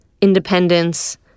independence